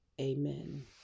Amen